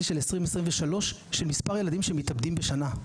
של 2023 של מספר ילדים שמתאבדים בשנה,